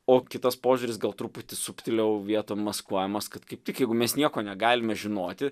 o kitas požiūris gal truputį subtiliau vietom maskuojamas kad kaip tik jeigu mes nieko negalime žinoti